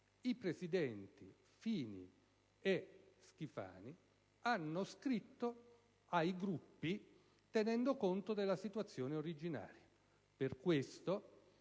i presidenti Fini e Schifani hanno scritto ai Gruppi, tenendo conto della situazione originaria e